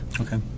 Okay